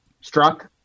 struck